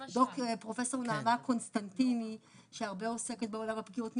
פרופ' נעמה קונסטנטיני שעוסקת הרבה בעולם הפגיעות המיניות.